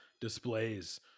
displays